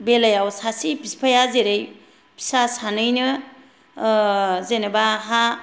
बेलायाव सासे बिफाया जेरै फिसा सानैनो जेनेबा हा